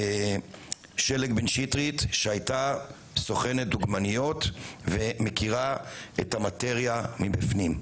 שלג בן שטרית שהייתה סוכנת דוגמניות ומכירה את המטריה מבפנים.